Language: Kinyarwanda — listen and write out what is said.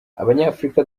abanyafurika